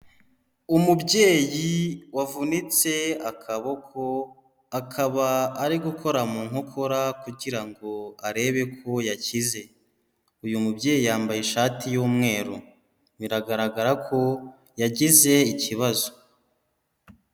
Umubyeyi wavunitse akaboko akaba ari gukora mu nkokora kugira ngo arebe ko yakize. Uyu mubyeyi yambaye ishati y'umweru. Biragaragara ko yagize ikibazo.